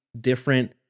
different